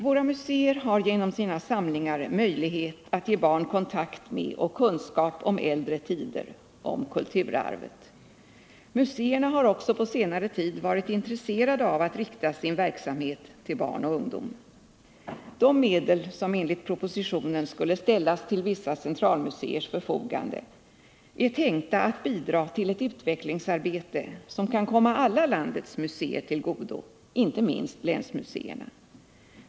Våra museer har genom sina samlingar möjlighet att ge barn kontakt med och kunskap om äldre tider, om kulturarvet. Museerna har också på senare tid varit intresserade av att rikta sin verksamhet till barn och ungdom. De medel som enligt propositionen skulle ställas till vissa centralmuseers förfogande är tänkta att bidra till ett utvecklingsarbete, som kan komma alla landets museer till godo, inte minst länsmuseerna.